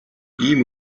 ийм